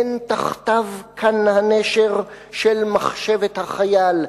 הן תחתיו קן הנשר/ של מחשבת החייל,